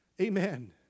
Amen